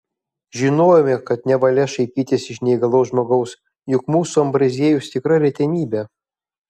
žinojome kad nevalia šaipytis iš neįgalaus žmogaus juk mūsų ambraziejus tikra retenybė